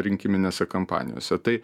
rinkiminėse kampanijose tai